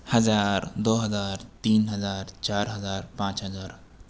ہزار دو ہزار تین ہزار چار ہزار پانچ ہزار